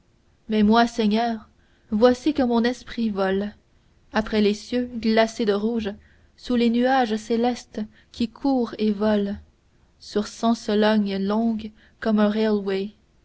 mais moi seigneur voici que mon esprit vole après les cieux glacés de rouge sous les nuages célestes qui courent et volent sur cent solognes longues comme un